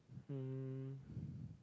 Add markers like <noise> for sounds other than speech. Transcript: um <breath>